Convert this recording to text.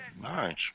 Nice